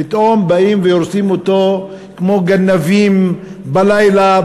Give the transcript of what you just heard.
ופתאום באים והורסים אותו כמו גנבים בלילה,